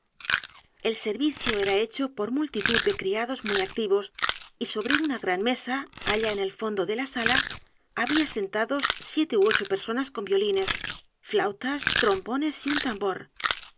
el servicio era hecho por multit u d de criados muy activos y sobre una g r a n mesa allá en el fondo de la sala había sentados siete ú ocho personas conviolines flautas trombones y un tambor